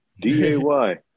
D-A-Y